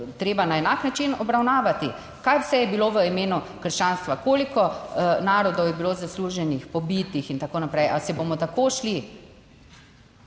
treba na enak način obravnavati? Kaj vse je bilo v imenu krščanstva, koliko narodov je bilo zasužnjenih, pobitih in tako naprej. Ali se bomo tako šli?